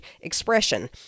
expression